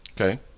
Okay